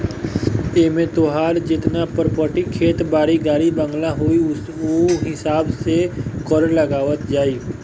एमे तोहार जेतना प्रापर्टी खेत बारी, गाड़ी बंगला होई उ हिसाब से कर लगावल जाई